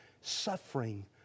suffering